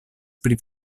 pri